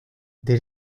did